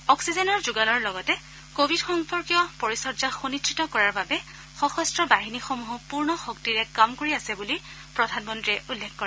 অক্সিজেনৰ যোগানৰ লগতে কোৱিড সম্পৰ্কীয় পৰিচৰ্যা সুনিশ্চিত কৰাৰ বাবে সশস্ত্ৰ বাহিনীসমূহো পূৰ্ণ শক্তিৰে কাম কৰি আছে বুলি প্ৰধানমন্ত্ৰীয়ে উল্লেখ কৰে